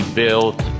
built